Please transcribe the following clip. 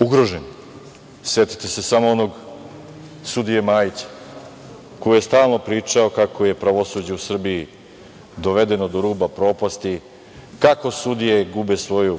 ugroženi. Setite se samo onog sudije Majića koji je stalno pričao kako je pravosuđe u Srbiji dovedeno do ruba propasti, kako sudije gube svoju